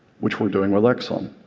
which we're doing with exxon.